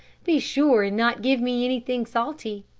be sure and not give me anything salty.